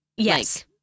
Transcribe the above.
Yes